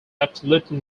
absolutely